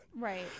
Right